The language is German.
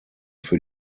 für